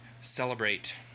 celebrate